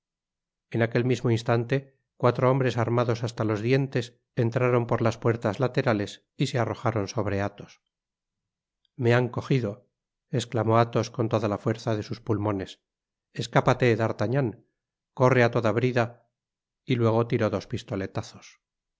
en aquel mismo instante cuatro hombres armados hasta los dientes entraron por las puerta laterales y se arrojaron sobre athos me han cogido esclamó athos con toda la fuerza de sus pulmones escápate d'artagnan corre á toda brida y luego tiró dos pistoletazos d'artagnan y